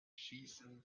schießen